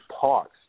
parks